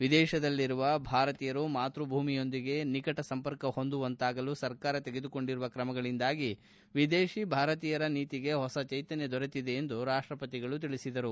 ವಿದೇಶದಲ್ಲಿರುವ ಭಾರತೀಯರು ಮಾತೃಭೂಮಿಯೊಂದಿಗೆ ನಿಕಟ ಸಂಪರ್ಕ ಹೊಂದುವಂತಾಗಲು ಸರ್ಕಾರ ತೆಗೆದುಕೊಂಡಿರುವ ಕ್ರಮಗಳಿಂದಾಗಿ ವಿದೇಶಿ ಭಾರತೀಯರ ನೀತಿಗೆ ಹೊಸ ಚೈತನ್ಯ ದೊರೆತಿದೆ ಎಂದರು